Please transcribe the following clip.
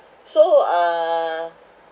so uh